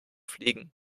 fliegen